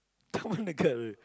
Taman-Negara